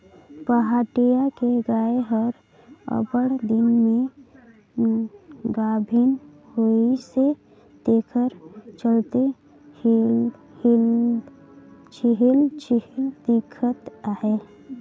पहाटिया के गाय हर अब्बड़ दिन में गाभिन होइसे तेखर चलते छिहिल छिहिल दिखत हे